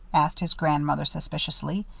asked his grandmother, suspiciously.